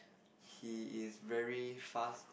he is very fast